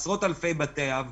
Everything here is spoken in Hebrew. עשרות אלפי בתי אב,